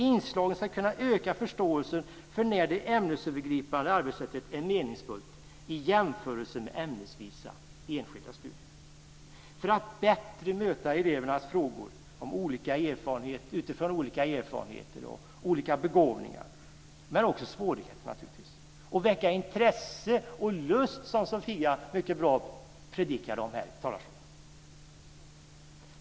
Inslagen ska kunna öka förståelsen för när det ämnesövergripande arbetssättet är meningsfullt i jämförelse med ämnesvisa enskilda studier för att bättre möta elevernas frågor utifrån olika erfarenheter och olika begåvningar. De ska också väcka intresse och lust, vilket Sofia så bra predikade om här i talarstolen.